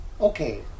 okay